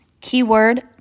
keyword